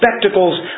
spectacles